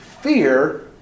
fear